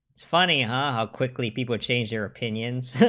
funny how quickly people change your opinions so